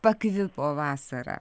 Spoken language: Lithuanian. pakvipo vasara